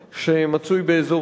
אדוני.